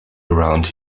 around